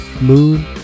Moon